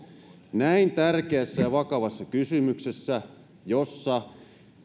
näin tärkeässä ja vakavassa kysymyksessä jossa